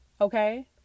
Okay